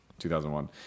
2001